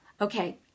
Okay